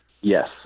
Yes